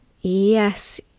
yes